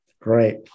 Great